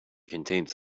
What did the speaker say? contains